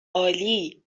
عالی